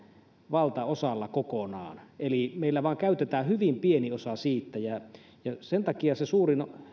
valtaosalla kokonaan eli meillä käytetään vain hyvin pieni osa siitä ja sen takia se suurin